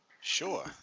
Sure